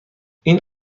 این